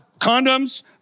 condoms